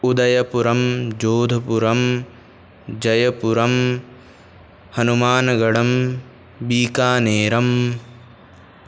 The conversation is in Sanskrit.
उदयपुरम् जोधपुरम् जयपुरम् हनुमानगडम् बीकानेरम्